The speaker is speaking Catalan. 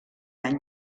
any